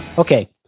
Okay